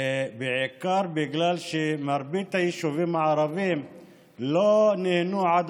בעיקר בגלל שמרבית היישובים הערביים לא נהנו עד